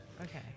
Okay